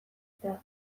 eta